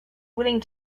willing